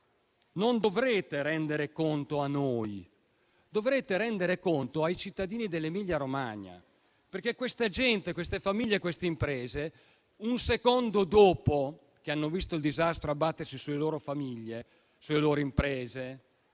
Non dovrete rendere conto a noi; dovrete rendere conto ai cittadini dell'Emilia-Romagna, perché quella gente, quelle famiglie e quelle imprese, un secondo dopo aver visto il disastro abbattersi su di sé, sul proprio